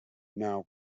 now